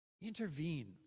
intervene